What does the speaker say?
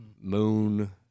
Moon